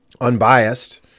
unbiased